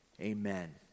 Amen